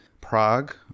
Prague